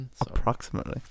approximately